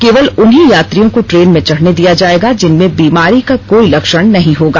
केवल उन्हीं यात्रियों को ट्रेन में चढ़ने दिया जाएगा जिनमें बीमारी का कोई लक्षण नहीं होगा